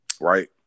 Right